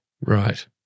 Right